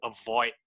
avoid